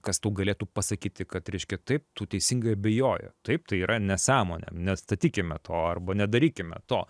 kas tau galėtų pasakyti kad reiškia taip tu teisingai abejoji taip tai yra nesąmonė nestatykime to arba nedarykime to